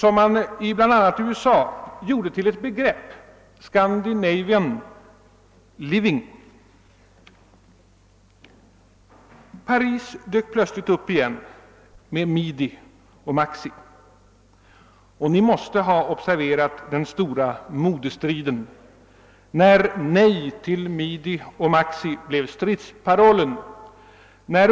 I USA har denna stil blivit ett begrepp: »Scandinavian living». Paris dök plötsligt upp igen med »midi» och »maxi», och den stora modestrid som följt härpå kan ingen av kammarens ledamöter ha undgått att observera. Nej till midi och maxi blev stridsparollen.